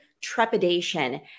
trepidation